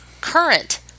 current